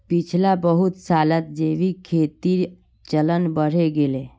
पिछला बहुत सालत जैविक खेतीर चलन बढ़े गेले